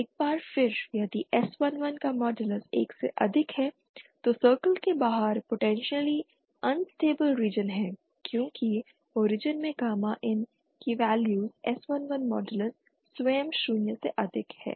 इसलिए एक बार फिर यदि s11 का मॉडलस 1 से अधिक है तो सर्कल के बाहर पोटेंशियली अनस्टेबिल रीजन है क्योंकि ओरिजिन में गामा IN की वैल्यू s11 मॉडलस स्वयं शून्य से अधिक है